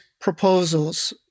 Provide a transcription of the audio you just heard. proposals